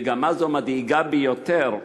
מגמה זו מדאיגה ביותר,